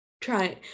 try